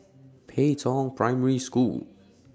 Pei Tong Primary School